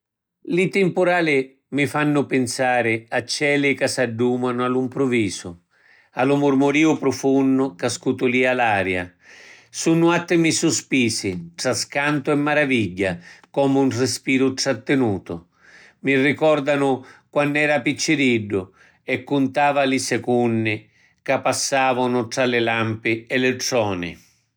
Li timpurali mi fannu pinsari a celi ca s’addumanu a lu mpruvisu, a lu murmuriu prufunnu ca scutulia l’aria. Sunnu attimi suspisi tra scantu e maravigghia, comu 'n rispiru trattinutu. Mi ricordanu quannu eru picciriddu e cuntava li secunni ca passavanu tra li lampi e li troni.